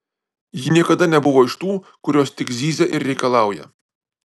ji niekada nebuvo iš tų kurios tik zyzia ir reikalauja